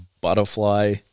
butterfly